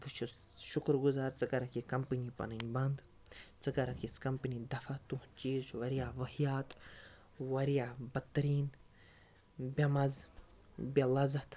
بہٕ چھُس شُکُر گُزار ژٕ کَرَکھ یہِ کمپٔنی پَنٕنۍ بَنٛد ژٕ کَرَکھ یِژھ کمپٔنی دَفا تُہُنٛد چیٖز چھُ واریاہ واہِیات واریاہ بَد تریٖن بےٚ مَزٕ بےٚ لَذَتھ